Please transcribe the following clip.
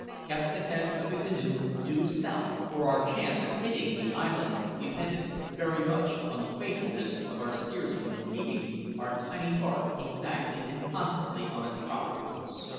kept the head of the canoe due south, for our chance of hitting the island depended very much on the faithfulness of our steersman in keeping our tiny bark exactly and constantly on its proper course.